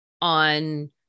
on